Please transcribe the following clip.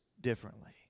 differently